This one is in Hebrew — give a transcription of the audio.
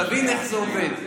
תבין איך זה עובד.